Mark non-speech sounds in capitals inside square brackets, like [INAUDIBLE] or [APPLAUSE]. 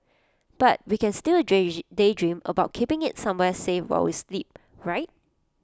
but we can still [UNINTELLIGIBLE] daydream about keeping IT somewhere safe while we sleep right